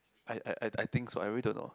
I I I I think so I really don't know